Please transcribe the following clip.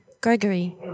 Gregory